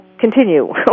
continue